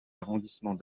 arrondissements